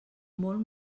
molt